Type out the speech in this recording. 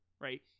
Right